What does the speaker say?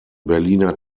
berliner